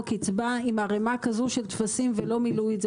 קצבה עם ערימה כזו של טפסים ולא מילאו את זה?